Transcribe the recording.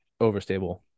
overstable